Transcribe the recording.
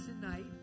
tonight